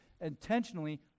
intentionally